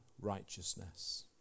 Righteousness